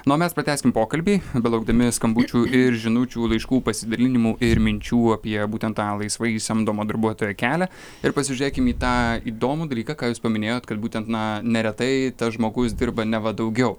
na o mes pratęskim pokalbį belaukdami skambučių ir žinučių laiškų pasidalinimų ir minčių apie būtent tą laisvai samdomo darbuotojo kelią ir pasižiūrėkim į tą įdomų dalyką ką jūs paminėjot kad būtent na neretai tas žmogus dirba neva daugiau